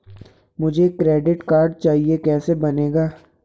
मुझे credit card चाहिए कैसे बनेगा?